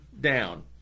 down